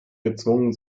gezwungen